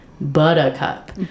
Buttercup